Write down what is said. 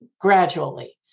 gradually